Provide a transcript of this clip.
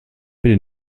bitte